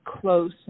close